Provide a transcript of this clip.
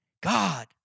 God